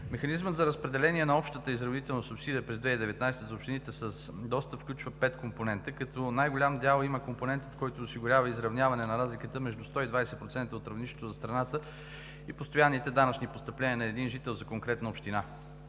Механизмът за разпределение на общата изравнителна субсидия през 2019 г. за общините с достъп включва пет компонента, като най-голям дял има компонентът, който осигурява изравняване на разликата между 120% от равнището за страната и постоянните данъчни постъпления на един жител за конкретната община.